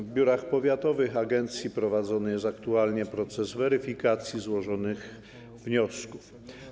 W biurach powiatowych agencji prowadzony jest aktualnie proces weryfikacji złożonych wniosków.